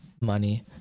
money